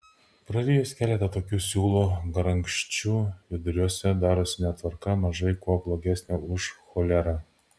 prarijus keletą tokių siūlų garankščių viduriuose darosi netvarka mažai kuo blogesnė už cholerą